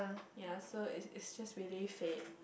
ya so it's it's just really fate